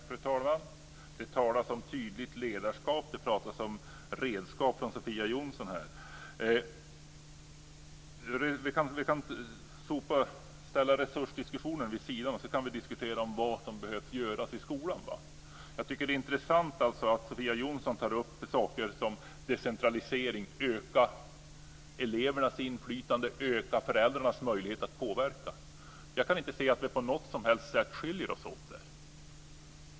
Fru talman! Sofia Jonsson talar om tydligt ledarskap och om olika redskap. Vi kan lämna resursdiskussionen åt sidan och diskutera vad som behöver göras i skolan. Jag tycker att det är intressant att Sofia Jonsson tar upp sådant som decentralisering, ökat inflytande för eleverna och ökad möjlighet för föräldrarna att påverka. Jag kan inte se att vi i de avseendena skiljer oss åt på något som helst sätt.